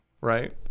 right